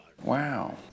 Wow